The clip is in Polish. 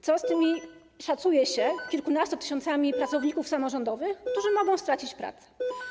Co z tymi, szacuje się, kilkunastoma tysiącami pracowników samorządowych, którzy mogą stracić pracę?